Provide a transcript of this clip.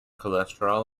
cholesterol